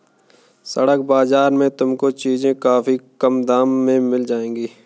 सड़क के बाजार में तुमको चीजें काफी कम दाम में मिल जाएंगी